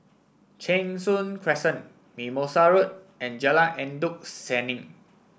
Cheng Soon Crescent Mimosa Road and Jalan Endut Senin